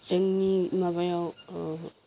जोंनि माबायाव